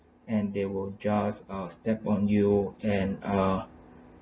and they will just ah step on you and ah